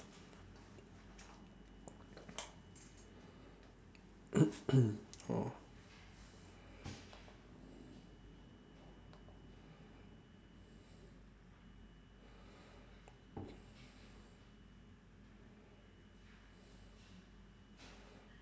oh